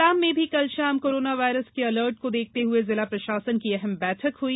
रतलाम में भी कल शाम कोरोना वायरस के अलर्ट को देखते हुए जिला प्रशासन की अहम बैठक हुई